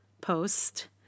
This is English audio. post